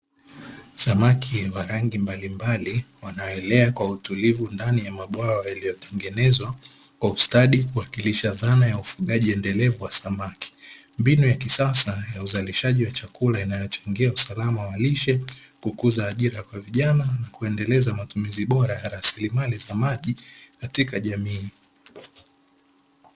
Samaki wa rangi mbalimbali wanaoelea kwa utulivu ndani ya mabwawa yaliyotengenezwa kwa ustadi, kuwakilisha dhana ya ufugaji endelevu wa samaki, mbinu ya kisasa ya uzalishaji wa chakula inayochangia usalama wa lishe, kukuza ajira kwa vijana na kuendeleza matumizi bora ya rasilimali za maji katika jamii.